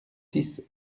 six